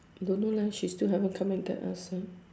don't know leh she still haven't come in and tell us ah